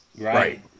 Right